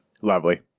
Lovely